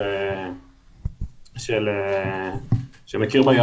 שכל בית דין נותן,